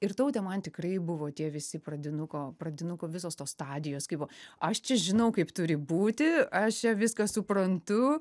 ir taute man tikrai buvo tie visi pradinuko pradinukų visos tos stadijos kai buvo aš čia žinau kaip turi būti aš čia viską suprantu